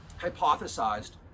hypothesized